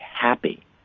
happy